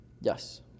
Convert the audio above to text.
Yes